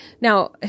Now